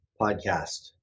podcast